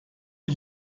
ich